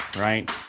right